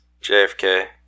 JFK